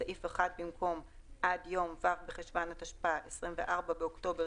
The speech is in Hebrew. בסעיף 1 במקום "עד יום ו' בחשון התשפ"א (24 באוקטובר